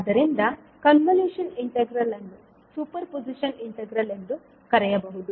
ಆದ್ದರಿಂದ convolution integral ಅನ್ನು superposition integral ಎಂದೂ ಕರೆಯಬಹುದು